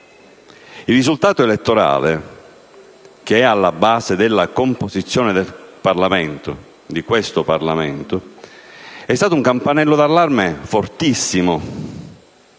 Il risultato elettorale, che è alla base della composizione di questo Parlamento, è stato un campanello d'allarme fortissimo